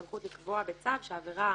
סמכות לקבוע בצו שהעבירה